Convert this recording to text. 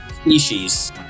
species